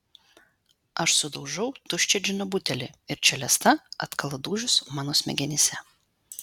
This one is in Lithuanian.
aš sudaužau tuščią džino butelį ir čelesta atkala dūžius mano smegenyse